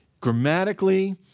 grammatically